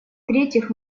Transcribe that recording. третьих